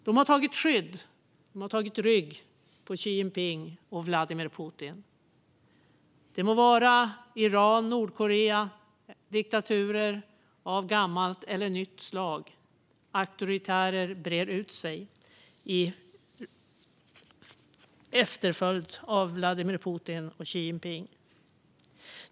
De har tagit rygg på och skydd bakom Xi Jinping och Vladimir Putin. Det må vara i Iran eller Nordkorea, i diktaturer av gammalt eller nytt slag - autokraterna breder ut sig ut sig i Vladimir Putins och Xi Jinpings efterföljd.